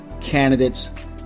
candidates